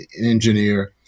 engineer